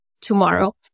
tomorrow